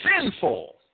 sinful